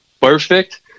perfect